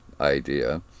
idea